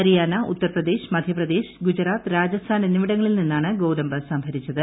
ഹരിയാന ഉത്തർപ്രദേശ് മധ്യപ്പദേശ് ഗുജറാത്ത് രാജസ്ഥാൻ എന്നിവിടങ്ങളിൽ നിന്നാണ് ഗോതമ്പ് സംഭരിച്ചത്